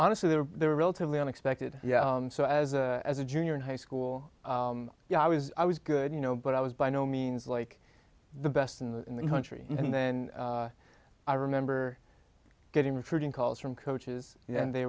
honestly the relatively unexpected yeah so as a as a junior in high school yeah i was i was good you know but i was by no means like the best in the country and then i remember getting recruiting calls from coaches and they